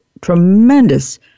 tremendous